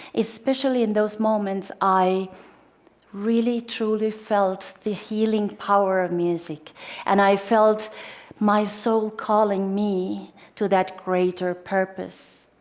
especially in those moments, i really truly felt the healing power of music and i felt my soul calling me to that greater purpose,